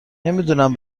نمیدونم